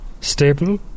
stable